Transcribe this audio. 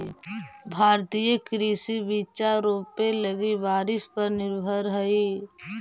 भारतीय कृषि बिचा रोपे लगी बारिश पर निर्भर हई